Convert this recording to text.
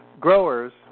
growers